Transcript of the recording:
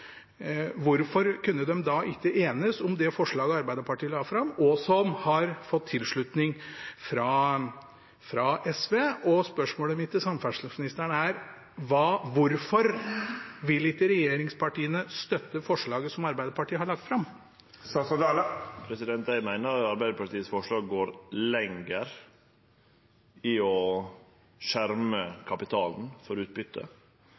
hvorfor kunne de da ikke enes om det forslaget Arbeiderpartiet la fram, og som har fått tilslutning fra SV? Spørsmålet mitt til samferdselsministeren er: Hvorfor vil ikke regjeringspartiene støtte forslaget som Arbeiderpartiet har lagt fram? Eg meiner forslaget frå Arbeidarpartiet går lenger i å skjerme kapitalen for